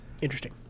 Interesting